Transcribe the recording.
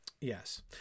Yes